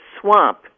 swamp